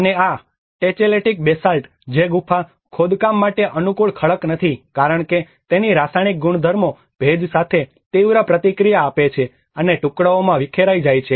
અને આ ટેચેલેટીક બેસાલ્ટ જે ગુફા ખોદકામ માટે અનુકૂળ ખડક નથી કારણ કે તેની રાસાયણિક ગુણધર્મો ભેજ સાથે તીવ્ર પ્રતિક્રિયા આપે છે અને ટુકડાઓમાં વિખેરાઇ જાય છે